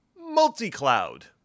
multi-cloud